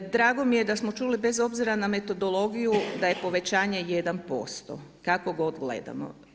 Drago mi je da smo čuli bez obzira na metodologiju da je povećanje 1% kako god gledamo.